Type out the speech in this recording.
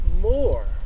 more